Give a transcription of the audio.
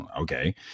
okay